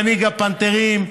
מנהיג הפנתרים,